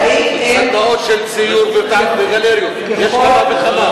האם אין, סדנאות של ציור וגלריות יש כמה וכמה.